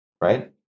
Right